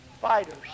Fighters